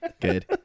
Good